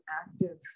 active